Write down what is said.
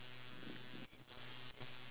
maine coon